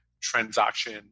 transaction